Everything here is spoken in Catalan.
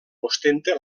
ostenta